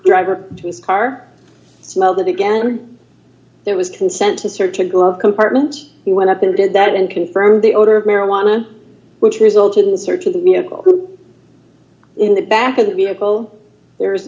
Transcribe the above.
his car smelled it again there was consent to search a glove compartment he went up and did that and confirmed the odor of marijuana which resulted in the search of the vehicle in the back of the vehicle there